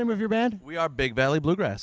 name of your band we are big valley bluegrass